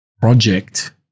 project